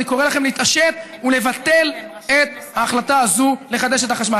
אני קורא לכם להתעשת ולבטל את ההחלטה הזאת לחדש את החשמל.